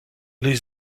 les